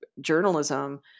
journalism